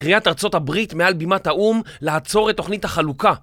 קריאת ארצות הברית מעל בימת האום לעצור את תוכנית החלוקה